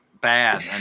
bad